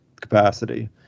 capacity